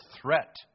threat